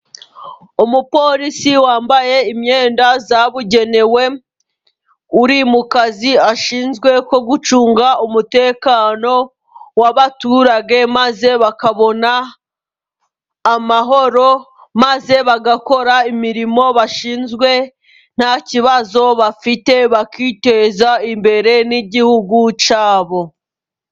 Umupolisi wambaye imyenda yabugenewe uri mu kazi ashinzwe ko gucunga umutekano w'abaturage maze bakabona amahoro, maze bagakora imirimo bashinzwe nta kibazo bafite, bakiteza imbere n'igihugu cyabo.